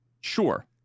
Sure